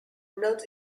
not